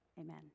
Amen